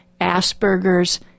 Asperger's